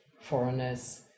foreigners